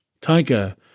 Tiger